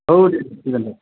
औ दे गोजोनबाय